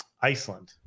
Iceland